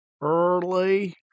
early